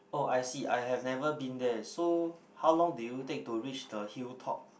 oh I see I have never been there so how long did you take to reach the hill top